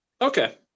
Okay